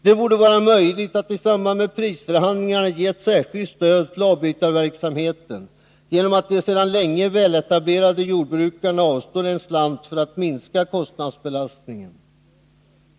Det borde vara möjligt att i samband med prisförhandlingar ge ett särskilt stöd till avbytarverksamheten genom att de sedan länge väletablerade jordbrukarna avstår en slant för att minska kostnadsbelastningen.